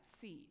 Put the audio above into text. seed